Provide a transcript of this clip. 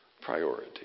priority